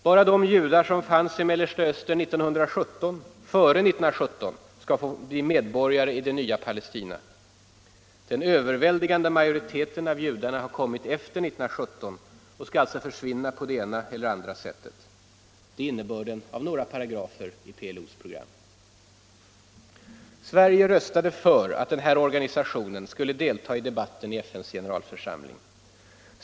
Bara de judar som fanns i Mellersta Östern före 1917 skall få bli medborgare i det nya Palestina. Den överväldigande majoriteten av judarna har kommit efter 1917 och skall alltså försvinna på det ena eller andra sättet. Det är innebörden av några paragrafer i PLO:s program. Sverige röstade för att denna organisation skulle delta i debatten i FN:s generalförsamling.